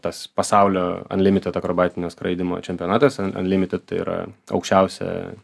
tas pasaulio anlimited akrobatinio skraidymo čempionatas an anlimited tai yra aukščiausia